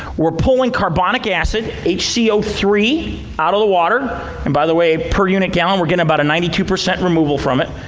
we're pulling carbonic acid, h c o three, out of the water. and by the way, per unit gallon we get about a ninety two percent removal from it.